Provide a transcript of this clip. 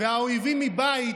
והאויבים מבית,